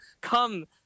come